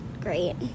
great